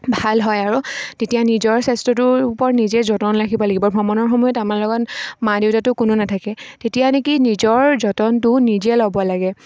ভাল হয় আৰু তেতিয়া নিজৰ স্বাস্থ্যটোৰ ওপৰত নিজে যতন ৰাখিব লাগিব ভ্ৰমণৰ সময়ত আমাৰ লগত মা দেউতাটো কোনো নাথাকে তেতিয়া নেকি নিজৰ যতনটো নিজে ল'ব লাগে